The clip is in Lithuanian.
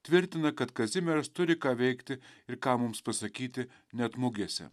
tvirtina kad kazimieras turi ką veikti ir ką mums pasakyti net mugėse